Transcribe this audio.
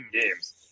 games